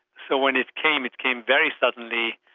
so when it came, it came very suddenly.